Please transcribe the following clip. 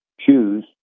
choose